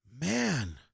Man